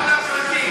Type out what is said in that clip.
גם לפרטי.